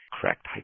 correct